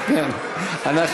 אנחנו